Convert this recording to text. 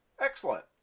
excellent